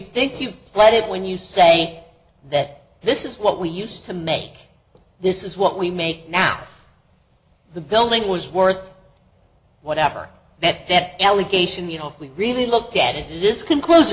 think you played it when you say that this is what we used to make this is what we make now the building was worth whatever that that allegation you know if we really looked at it this conclus